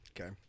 Okay